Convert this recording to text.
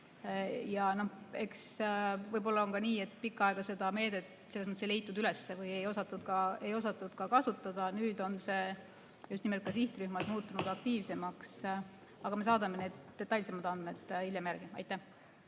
on võib-olla ka nii, et pikka aega seda meedet selles mõttes ei leitud üles või ei osatud kasutada, nüüd on kasutus just nimelt sihtrühmas muutunud aktiivsemaks. Aga me saadame detailsemad andmed hiljem järgi. Aitäh!